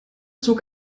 zog